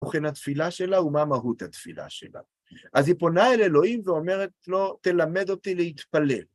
תוכן התפילה שלה, ומה מהות התפילה שלה. אז היא פונה אל אלוהים ואומרת לו, תלמד אותי להתפלל.